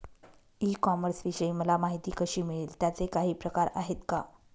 E कॉमर्सविषयी मला माहिती कशी मिळेल? त्याचे काही प्रकार आहेत का?